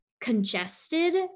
congested